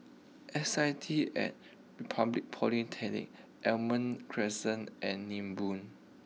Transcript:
S I T at Republic Polytechnic Almond Crescent and Nibong